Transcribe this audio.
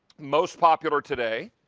most popular today,